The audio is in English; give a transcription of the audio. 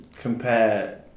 compare